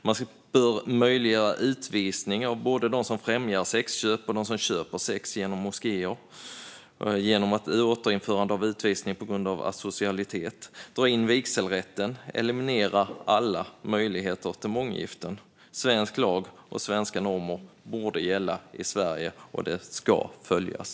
Man bör möjliggöra utvisning av både dem som främjar sexköp och dem som köper sex genom moskéer genom återinförande av utvisning på grund av asocialitet. Man bör dra in vigselrätten och eliminera alla möjligheter till månggiften. Svensk lag och svenska normer borde gälla i Sverige. De ska följas.